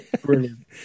Brilliant